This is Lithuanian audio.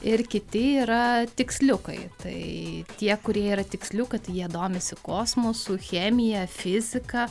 ir kiti yra tiksliukai tai tie kurie yra tiksliukai tai jie domisi kosmosu chemija fizika